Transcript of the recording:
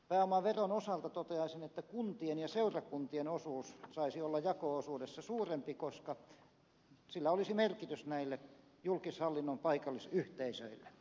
pääomaveron osalta toteaisin että kuntien ja seurakuntien osuus saisi olla jako osuudessa suurempi koska sillä olisi merkitystä näille julkishallinnon paikallisyhteisöille